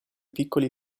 piccoli